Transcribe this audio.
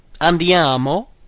Andiamo